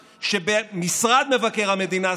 משרד מבקר המדינה,